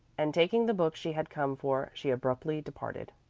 and taking the book she had come for, she abruptly departed.